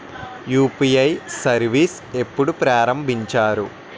UPI service ఎప్పుడు ప్రారంభించారు?